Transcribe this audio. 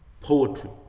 poetry